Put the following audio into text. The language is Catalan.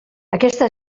aquesta